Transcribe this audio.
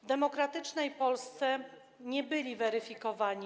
W demokratycznej Polsce nie byli weryfikowani.